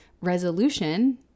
resolution